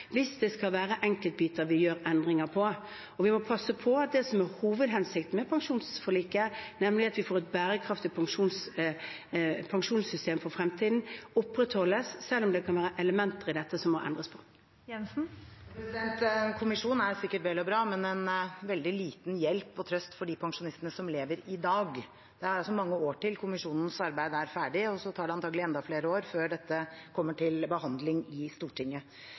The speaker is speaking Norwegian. hvis det skal være enkeltbiter vi gjør endringer på. Vi må passe på at det som er hovedhensikten med pensjonsforliket, nemlig at vi får et bærekraftig pensjonssystem for fremtiden, opprettholdes selv om det kan være elementer i dette som det må endres på. En kommisjon er sikkert vel og bra, men en veldig liten hjelp og trøst for de pensjonistene som lever i dag. Det er mange år til kommisjonens arbeid er ferdig, og så tar det antagelig enda flere år før dette kommer til behandling i Stortinget.